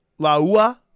Laua